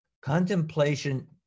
Contemplation